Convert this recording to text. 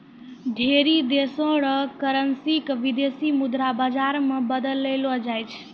ढेरी देशो र करेन्सी क विदेशी मुद्रा बाजारो मे बदललो जाय छै